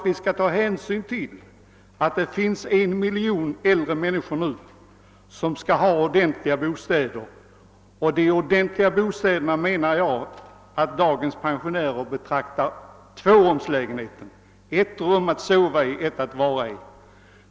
Vi skall ta hänsyn till att det nu finns en miljon äldre människor som skall ha ordentliga bostäder, och som en ordentlig bostad betraktar dagens pensionär tvårumslägenheten — ett rum att sova i, ett rum att vistas i.